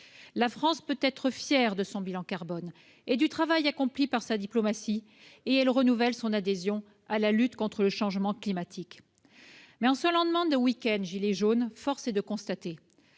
La France, qui peut être fière de son bilan carbone et du travail accompli par sa diplomatie, renouvelle son adhésion à la lutte contre le changement climatique. En ce lendemain de week-end des « gilets jaunes », force est de constater